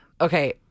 Okay